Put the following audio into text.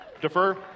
Defer